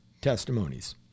testimonies